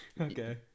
Okay